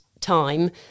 time